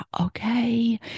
okay